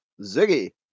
Ziggy